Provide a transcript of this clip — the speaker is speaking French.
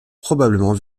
probablement